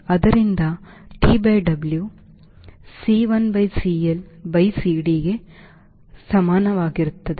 ಆದ್ದರಿಂದ T by W C by CL by CD ಕ್ಕೆ ಸಮಾನವಾಗಿರುತ್ತದೆ